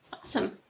Awesome